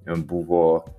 ten buvo